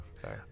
Sorry